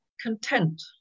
content